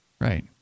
right